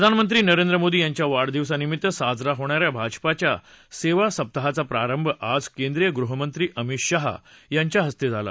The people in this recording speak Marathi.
प्रधानमंत्री नरेंद्र मोदी यांच्या वाढदिवसानिमित्त साजऱ्या होणाऱ्या भाजपाच्या सेवा सप्ताहाचा प्रारंभ आज केंद्रीय गृहमंत्री अमित शहा यांच्या हस्ते झाला